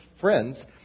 friends